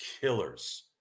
killers